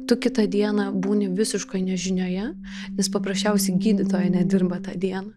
tu kitą dieną būni visiškoj nežinioje nes paprasčiausiai gydytoja nedirba tą dieną